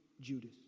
Judas